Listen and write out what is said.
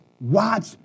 watch